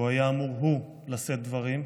שבו היה אמור הוא לשאת דברים.